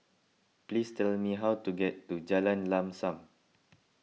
please tell me how to get to Jalan Lam Sam